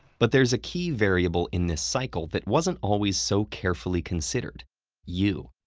but there's a key variable in this cycle that wasn't always so carefully considered you.